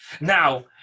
Now